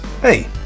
Hey